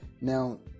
now